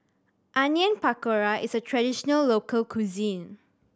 Onion Pakora is a traditional local cuisine